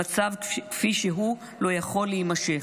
המצב כפי שהוא לא יכול להימשך.